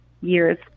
years